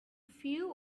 few